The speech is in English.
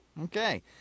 Okay